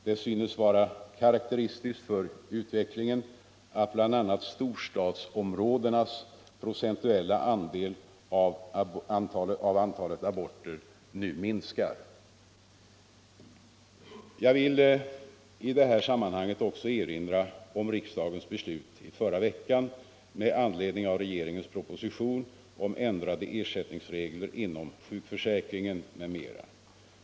Det synes vara karakteristiskt för utvecklingen att bl.a. storstadsområdenas procentuella andel av antalet aborter minskar. Jag vill i detta sammanhang också erinra om riksdagens beslut i förra veckan med anledning av regeringens proposition om ändrade ersättningsregler inom sjukförsäkringen m.m.